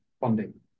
funding